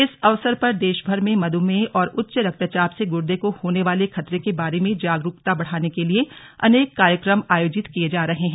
इस अवसर पर देशभर में मधुमेह और उच्च रक्तचाप से गुर्दे को होने वाले खतरे के बारे में जागरूकता बढ़ाने के लिए अनेक कार्यक्रम आयोजित किए जा रहे हैं